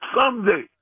someday